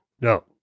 No